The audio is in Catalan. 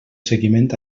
seguiment